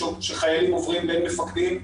שחיילים עוברים בין מפקדים,